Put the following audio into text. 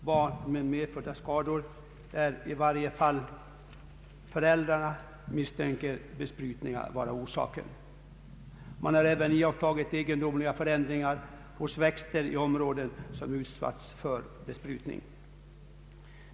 Medfödda skador hos barn finns också, där i varje fall föräldrarna misstänker växtbesprutningar vara orsaken. Man har även iakttagit egendomliga förändringar hos växter i områden som utsatts för besprutning.